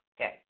Okay